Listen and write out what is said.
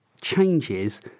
changes